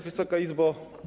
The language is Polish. Wysoka Izbo!